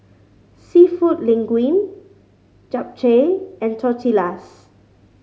Seafood Linguine Japchae and Tortillas